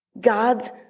God's